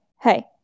hey